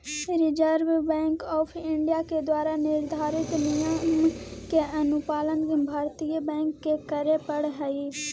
reserve bank of India के द्वारा निर्धारित नियम के अनुपालन भारतीय बैंक के करे पड़ऽ हइ